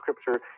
scripture